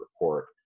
Report